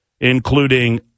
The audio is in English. including